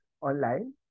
online